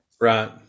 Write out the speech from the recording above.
Right